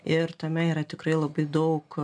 ir tame yra tikrai labai daug